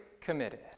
committed